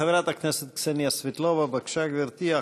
חברת הכנסת קסניה סבטלובה, בבקשה, גברתי.